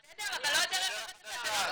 בסדר, אבל לא הדרך החדשה.